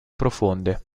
profonde